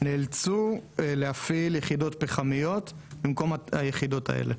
נאלצו להפעיל יחידות פחמיות במקום היחידות האלה.